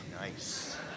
Nice